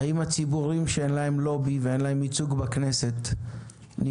האם הציבורים שאין להם לובי ואין להם ייצוג בכנסת נפגעים?